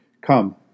Come